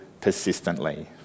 persistently